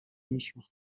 yishyuye